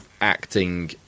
acting